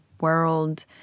world